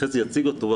חזי יציג אותו,